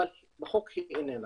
אבל בחוק היא איננה.